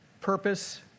purpose